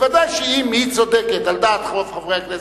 ודאי שאם היא צודקת על דעת רוב חברי הכנסת,